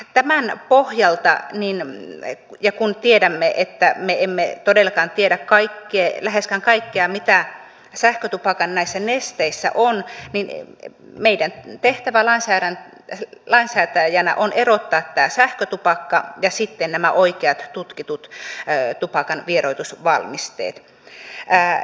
tämän pohjalta ja kun tiedämme että me emme todellakaan tiedä läheskään kaikkea mitä näissä sähkötupakan nesteissä on meidän tehtävämme lainsäätäjinä on erottaa tämä sähkötupakka ja sitten nämä oikeat tutkitut tupakanvieroitusvalmisteet